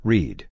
Read